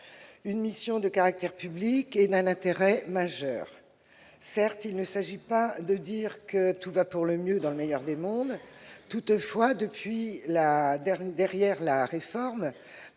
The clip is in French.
une mission de caractère public et d'un intérêt majeur. Certes, il ne s'agit pas de dire que tout va pour le mieux dans le meilleur des mondes. Toutefois, derrière la réforme